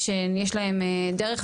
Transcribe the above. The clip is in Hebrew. שיש להן דרך,